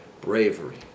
bravery